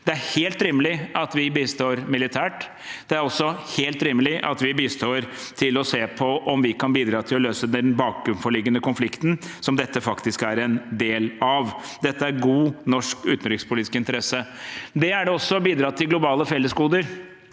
Det er helt rimelig at vi bistår militært. Det er også helt rimelig at vi bistår i å se på om vi kan bidra til å løse den bakenforliggende konflikten som dette faktisk er en del av. Dette er i god norsk utenrikspolitisk interesse. Det er det også å bidra til globale fellesgoder.